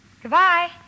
goodbye